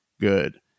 good